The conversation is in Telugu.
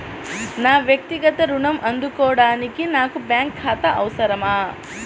నా వక్తిగత ఋణం అందుకోడానికి నాకు బ్యాంక్ ఖాతా అవసరమా?